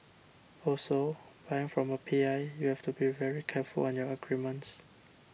also buying from a P I you have to be very careful on your agreements